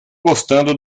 gostando